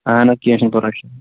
اَہَن حظ کیٚنٛہہ چھُنٕہ پَرواے چھُ